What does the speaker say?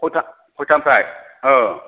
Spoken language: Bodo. खयता खयतानिफ्राय ओ